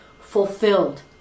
fulfilled